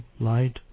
light